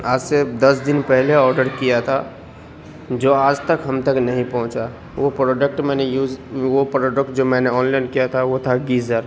آج سے دس دن پہلے اوڈر کیا تھا جو آج تک ہم تک نہیں پہنچا وہ پروڈکٹ میں نے یوز وہ پروڈکٹ جو میں نے آن لائن کیا تھا وہ تھا گیزر